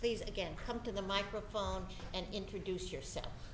please again come to the microphone and introduce yourself